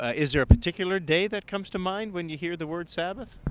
ah is there a particular day that comes to mind when you hear the word sabbath?